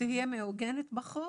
תהיה מעוגנת בחוק